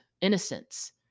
innocence